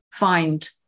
find